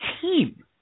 team